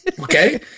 Okay